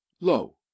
lo